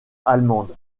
allemande